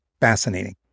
fascinating